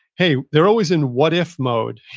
hey, they're always in what if mode.